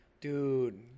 Dude